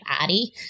body